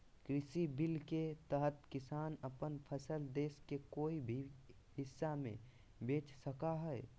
कृषि बिल के तहत किसान अपन फसल देश के कोय भी हिस्सा में बेच सका हइ